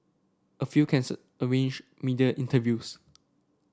a few cancelled arranged media interviews